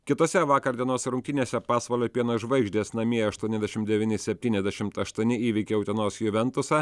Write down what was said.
kitose vakar dienos rungtynėse pasvalio pieno žvaigždės namie aštuoniasdešimt devyni septyniasdešimt aštuoni įveikė utenos juventusą